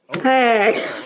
Hey